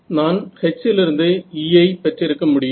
நான் H லிருந்து E ஐ பெற்றிருக்க முடியும்